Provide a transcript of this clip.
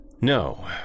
No